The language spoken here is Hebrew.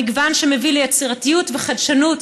המגוון שמביא ליצירתיות וחדשנות,